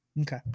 Okay